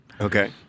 Okay